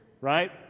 Right